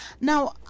Now